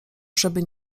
żeby